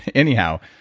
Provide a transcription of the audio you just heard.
anyhow,